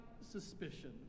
suspicion